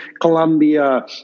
Colombia